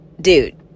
dude